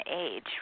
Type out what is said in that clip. age